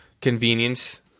convenience